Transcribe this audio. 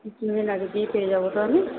কিছুদিন আগে দিয়েই পেয়ে যাব তো আমি